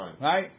right